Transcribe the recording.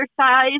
exercise